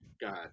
God